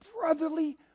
brotherly